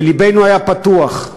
ולבנו היה פתוח.